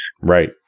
Right